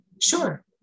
Sure